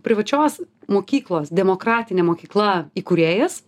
privačios mokyklos demokratinė mokykla įkūrėjas